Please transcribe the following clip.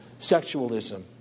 sexualism